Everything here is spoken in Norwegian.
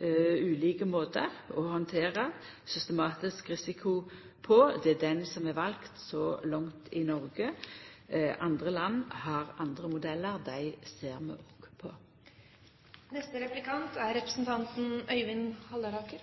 ulike måtar å handtera systematisk risiko på. Det er den måten som er vald så langt i Noreg. Andre land har andre modellar. Dei ser vi òg på. Selvfølgelig er